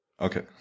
Okay